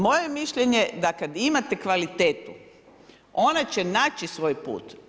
Moje mišljenje, da kada imate kvalitetu ona će naći svoj put.